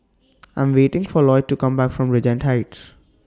I Am waiting For Lloyd to Come Back from Regent Heights